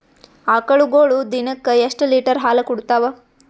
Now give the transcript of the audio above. ಆಕಳುಗೊಳು ದಿನಕ್ಕ ಎಷ್ಟ ಲೀಟರ್ ಹಾಲ ಕುಡತಾವ?